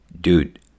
Dude